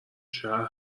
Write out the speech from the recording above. شهر